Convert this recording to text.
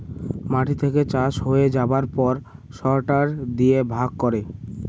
মাটি থেকে চাষ হয়ে যাবার পর সরটার দিয়ে ভাগ করে